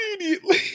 immediately